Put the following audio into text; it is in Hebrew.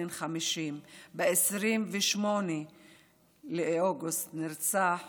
בן 50. ב-28 באוגוסט נרצח